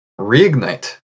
Reignite